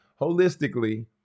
holistically